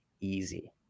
Easy